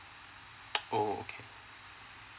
oh okay